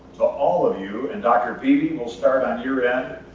to all of you and, dr. beeby, we'll start on your end,